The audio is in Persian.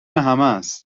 همست